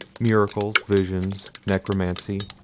miracles, visions, necromancy,